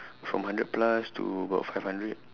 from hundred plus to about five hundred